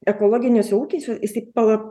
ekologiniuose ūkyse jisai pala